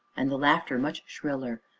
and the laughter much shriller,